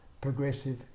progressive